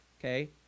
okay